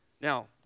Now